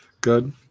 good